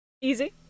Easy